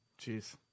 Jeez